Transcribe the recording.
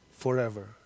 Forever